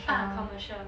ah commercial